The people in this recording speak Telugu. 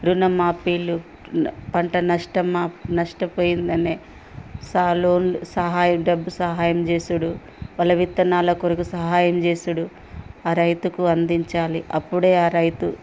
రుణమాఫీలు పంట నష్టమా నష్టపోయిందనే సలోలు సహాయం డబ్బు సహాయం చేసుడు వాళ్ళ విత్తనాల కొరకు సహాయం చేసుడు ఆ రైతుకు అందించాలి అప్పుడే ఆ రైతు